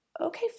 Okay